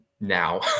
now